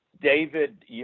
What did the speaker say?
David